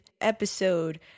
episode